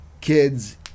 kids